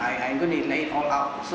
I I gonna let it all out so